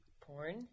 Porn